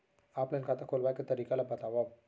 Offline खाता खोलवाय के तरीका ल बतावव?